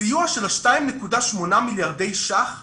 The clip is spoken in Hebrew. הסיוע של ה-2.8 מיליארדי שקלים